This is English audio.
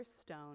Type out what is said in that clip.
stone